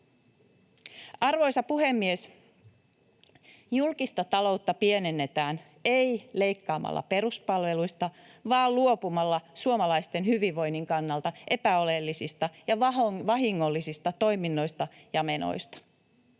Arvoisa puhemies! Julkista taloutta pienennetään ei leikkaamalla peruspalveluista vaan luopumalla suomalaisten hyvinvoinnin kannalta epäoleellisista ja vahingollisista toiminnoista ja menoista.